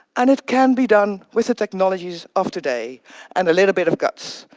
and it can be done with the technologies of today and a little bit of guts.